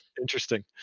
Interesting